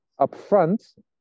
upfront